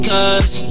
Cause